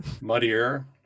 Muddier